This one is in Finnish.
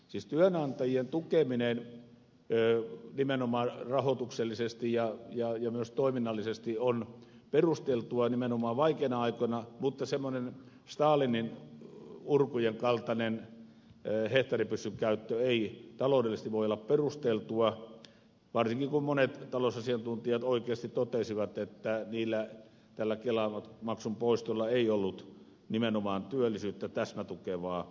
siis työnantajien tukeminen nimenomaan rahoituksellisesti ja myös toiminnallisesti on perusteltua nimenomaan vaikeina aikoina mutta semmoinen stalinin urkujen kaltainen hehtaaripyssyn käyttö ei taloudellisesti voi olla perusteltua varsinkin kun monet talousasiantuntijat oikeasti totesivat että tällä kelamaksun poistolla ei ollut nimenomaan työllisyyttä täsmätukevaa vaikutusta